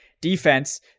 defense